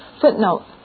Footnote